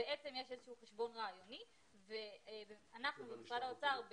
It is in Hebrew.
בעצם יש איזשהו חשבון רעיוני ואנחנו במשרד האוצר,